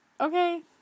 okay